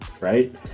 right